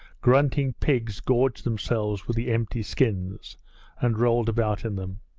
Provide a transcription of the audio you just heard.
grunting pigs gorged themselves with the empty skins and rolled about in them.